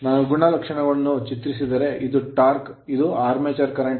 ನಾವು ಗುಣಲಕ್ಷಣವನ್ನು ಚಿತ್ರಿಸಿದರೆ ಇದು torque ಟಾರ್ಕ್ ಇದು Ia armature current armature current